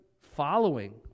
following